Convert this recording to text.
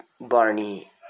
Barney